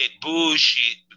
bullshit